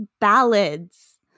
ballads